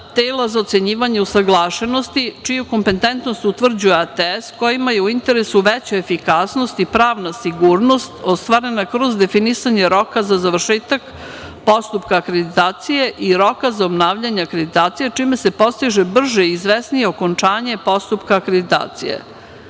tela za ocenjivanje usaglašenosti, čiju kompetentnost utvrđuje ATS kojima je u interesu veća efikasnost i pravna sigurnost ostvarena kroz definisanje roka za završetak postupka akreditacije i roka za obnavljanje akreditacije čime se postiže brže i izvesnije okončanje postupka akreditacije. Preciznim